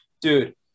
Dude